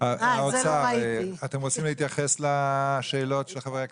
האוצר, אתם רוצים להתייחס לשאלות של חברי הכנסת?